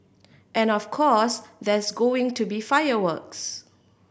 and of course there's going to be fireworks